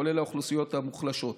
כולל האוכלוסיות המוחלשות.